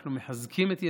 אנחנו מחזקים את ידיהם.